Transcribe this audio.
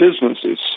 businesses